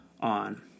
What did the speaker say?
on